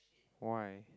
why